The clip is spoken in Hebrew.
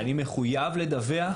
אני מחויב לדווח,